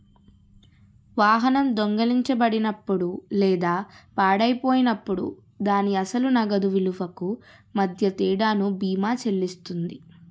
వాహనం దొంగిలించబడినప్పుడు లేదా పాడైపోయినప్పుడు దాని అసలు నగదు విలువకు మధ్య తేడాను బీమా చెల్లిస్తుంది